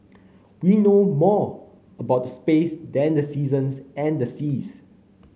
we know more about space than the seasons and the seas